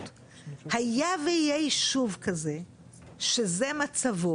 הדבר נוגע גם לכך שהעילות להבנתנו לא צומצמו,